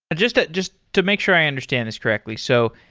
just ah just to make sure i understand this correctly. so,